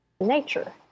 Nature